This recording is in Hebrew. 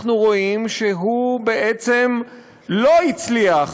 אנחנו רואים שהוא בעצם לא הצליח